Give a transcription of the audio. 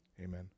Amen